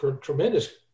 tremendous